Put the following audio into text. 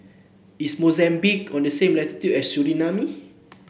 is Mozambique on the same latitude as Suriname